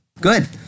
Good